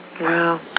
Wow